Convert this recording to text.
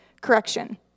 correction